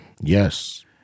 Yes